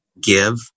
Give